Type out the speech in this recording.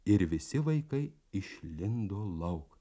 ir visi vaikai išlindo lauk